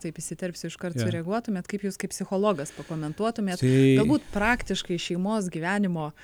taip įsiterpsiu iškart sureaguotumėt kaip jūs kaip psichologas pakomentuotumėt galbūt praktiškai šeimos gyvenimo